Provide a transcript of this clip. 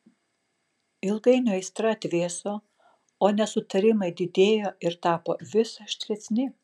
ilgainiui aistra atvėso o nesutarimai didėjo ir tapo vis aštresni